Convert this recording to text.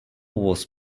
was